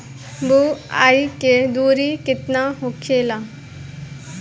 बुआई के दूरी केतना होखेला?